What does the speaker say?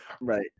right